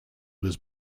was